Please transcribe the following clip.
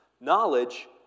Knowledge